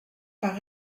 par